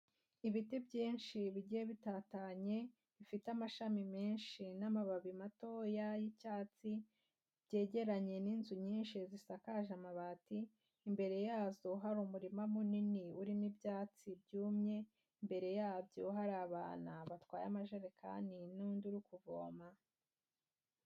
Ibiti byinshi bigiye bitandukanye bifite amashami menshi n'amababi matoya y'icyatsi byegeranye n'inzu nyinshi zisakaje amabati imbere yazo hari umurima munini urimo ibyatsi byumye imbere yabyo hari abantu batwaye amajerekani n'undi uri kuvoma.